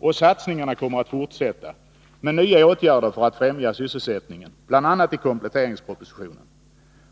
Och satsningarna kommer att fortsätta med nya åtgärder för att främja sysselsättningen. Det framgår bl.a. av kompletteringspropositionen.